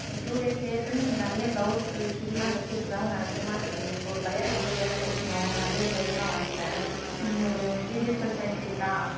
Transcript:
ஐயோ டூ டேஸில் ஏற்கனவே இங்கே நிறையா ப்ளவுஸ்ஸு சுடிலாம் தைக்கிறத்துக்காக நான் அதிகமாக இருக்குது இப்போது ஒரு கல்யாண பொண்ணுக்கு வேறு தைக்கிணும் நிறைய ப்ளவுஸ்லாம் வாங்கிட்டேன் நீங்கள் ஒரு த்ரீ டேஸ் கழிச்சு வாங்க்கிறிங்களா